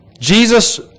Jesus